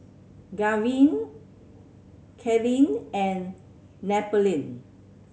Gavyn Kylene and Napoleon